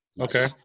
Okay